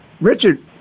Richard